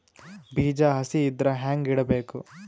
ಬೀಜ ಹಸಿ ಇದ್ರ ಹ್ಯಾಂಗ್ ಇಡಬೇಕು?